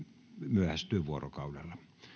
myöhästyy vuorokaudella